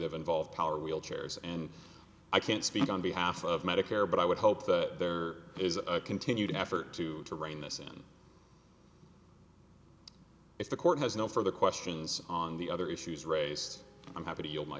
that involve power wheelchairs and i can't speak on behalf of medicare but i would hope that there is a continued effort to to rein this in if the court has no further questions on the other issues raised i'm happy to y